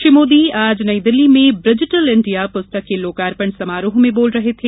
श्री मोदी आज नई दिल्ली में bridgital India पुस्तक के लोकार्पण समारोह में बोल रहे थे